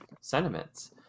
sentiments